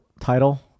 title